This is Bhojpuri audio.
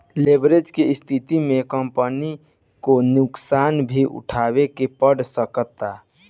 लेवरेज के स्थिति में कंपनी के नुकसान भी उठावे के पड़ सकता